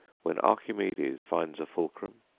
when archimedes finds a fulcrum,